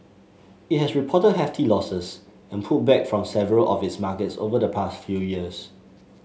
it has reported hefty losses and pulled back from several of its markets over the past few years